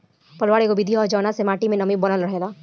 पलवार एगो विधि ह जवना से माटी मे नमी बनल रहेला